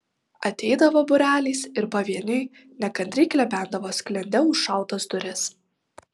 ateidavo būreliais ir pavieniui nekantriai klebendavo sklende užšautas duris